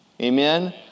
Amen